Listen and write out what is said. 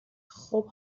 خوب